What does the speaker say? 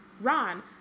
Ron